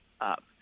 up